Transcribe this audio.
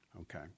okay